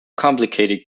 complicated